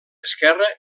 esquerre